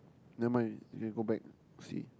never mind you can go back see